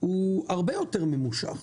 הוא הרבה יותר ממושך.